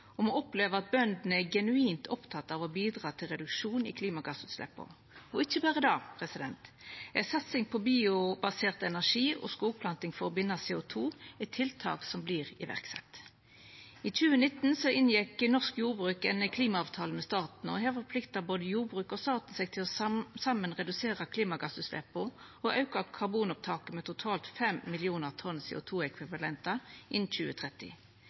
åra. Me opplever at bøndene er genuint opptekne av å bidra til reduksjon i klimagassutsleppa. Og ikkje berre det – ei satsing på biobasert energi og skogplanting for å binda CO 2 er tiltak som vert sette i verk. I 2019 inngjekk norsk jordbruk ein klimaavtale med staten. Her forpliktar både jordbruket og staten seg til saman å redusera klimagassutsleppa og auka karbonopptaket med totalt 5 mill. tonn CO 2 -ekvivalenter innan 2030.